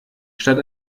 statt